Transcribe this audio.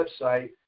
website